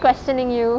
questioning you